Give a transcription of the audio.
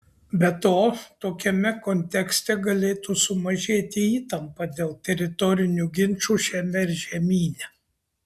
be to tokiame kontekste galėtų sumažėti įtampa dėl teritorinių ginčų šiame žemyne